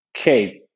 okay